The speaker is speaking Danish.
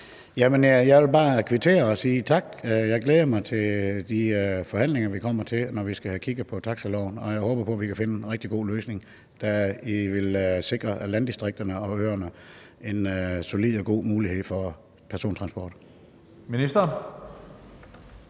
Jeg vil bare kvittere og sige tak. Jeg glæder mig til de forhandlinger, vi kommer til, når vi skal have kigget på taxiloven, og jeg håber på, vi kan finde en rigtig god løsning, der vil sikre landdistrikterne og øerne en solid og god mulighed for persontransport.